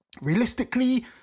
Realistically